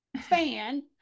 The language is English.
fan